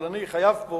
אבל אני חייב פה